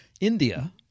India